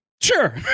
sure